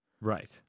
Right